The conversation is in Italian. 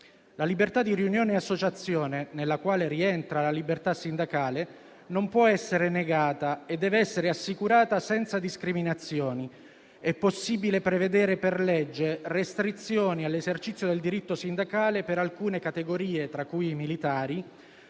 la libertà di riunione e associazione nella quale rientra la libertà sindacale non può essere negata e deve essere assicurata senza discriminazioni. È possibile prevedere per legge restrizioni all'esercizio del diritto sindacale per alcune categorie, tra cui i militari,